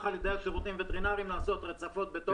על ידי השירותים הווטרינריים לעשות רצפות בטון.